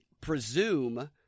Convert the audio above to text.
presume –